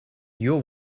your